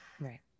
Right